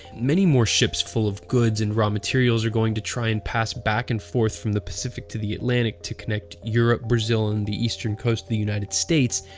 many more ships full of goods and raw materials are going to try and pass back and forth from the pacific to the atlantic to connect europe, brazil and the eastern coast of the united states,